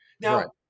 now